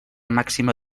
màxima